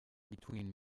between